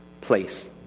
place